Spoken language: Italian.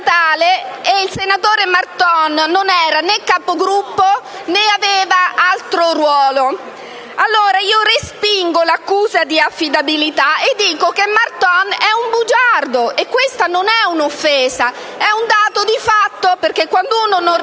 il senatore Marton non era Capogruppo né ricopriva altro ruolo? Respingo pertanto l'accusa di inaffidabilità e dico che Marton è un bugiardo. Questa non è un'offesa, ma un dato di fatto perché, quando uno non riferisce